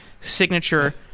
signature